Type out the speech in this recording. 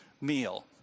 meal